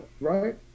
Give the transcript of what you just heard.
right